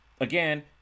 Again